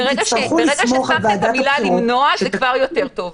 ברגע ששמת את המילה "למנוע", זה כבר יותר טוב.